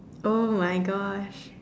oh-my-Gosh